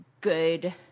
good